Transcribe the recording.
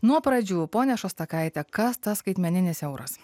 nuo pradžių pone šostakaite kas tas skaitmeninis euras